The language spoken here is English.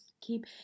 keep